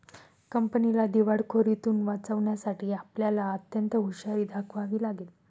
कंपनीला दिवाळखोरीतुन वाचवण्यासाठी आपल्याला अत्यंत हुशारी दाखवावी लागेल